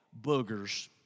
boogers